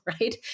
right